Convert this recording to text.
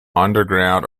underground